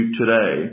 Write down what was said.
today